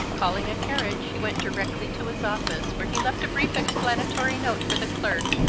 calling a carriage, he went directly to his office, where he left a brief explanatory note for the clerk,